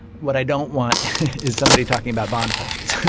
what i don't want is somebody talking about bond prices.